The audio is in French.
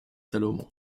salomon